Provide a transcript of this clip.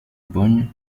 bonn